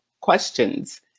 questions